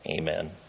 amen